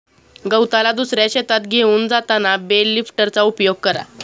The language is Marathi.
गवताला दुसऱ्या शेतात घेऊन जाताना बेल लिफ्टरचा उपयोग करा